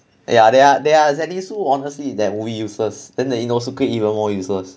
yeah they are they are zenitsu honestly that 无疑 useless then the inosuke even more useless